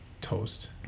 toast